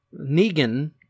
Negan